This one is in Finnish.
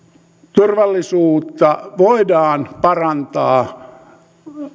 turvallisuutta voidaan parantaa